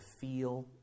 feel